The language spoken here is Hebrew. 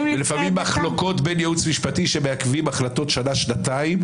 ולפעמים מחלוקות בין יועצים משפטיים שמעכבים החלטות שנה-שנתיים,